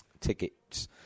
tickets